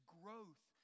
growth